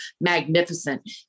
magnificent